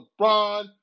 LeBron